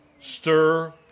stir